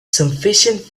sufficient